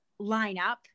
lineup